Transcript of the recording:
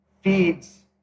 feeds